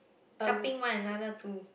helping one another to